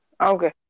Okay